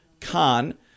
Khan